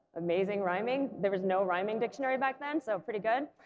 amazing rhyming there was no rhyming dictionary back then so pretty good.